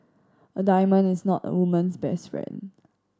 a diamond is not a woman's best friend